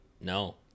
No